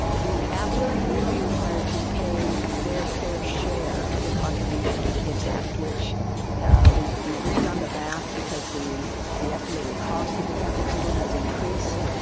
the applicant would be required to pay their fair share of the contribution to the impact, which we've we've redone the math because the the estimated cost of the traffic signal has increased,